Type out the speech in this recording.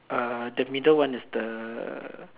uh the middle one is the